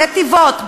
נתיבות,